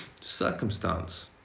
circumstance